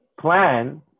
plan